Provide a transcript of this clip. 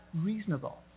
reasonable